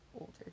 older